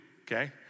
okay